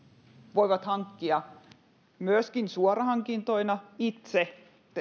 voivat hankkia myöskin suorahankintoina itse